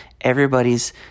everybody's